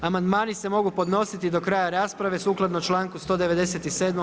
Amandmani se mogu podnositi do kraja rasprave sukladno članku 197.